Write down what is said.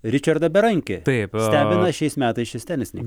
ričardą berankį taipstebina šiais metais šis tenisininkas